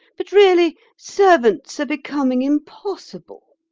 but really servants are becoming impossible.